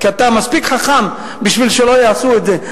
כי אתה מספיק חכם בשביל שלא יעשו את זה,